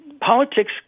Politics